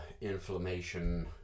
inflammation